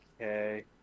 okay